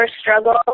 struggle